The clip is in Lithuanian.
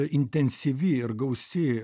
intensyvi ir gausi